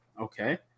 Okay